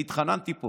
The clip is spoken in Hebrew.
אני התחננתי פה